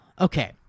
Okay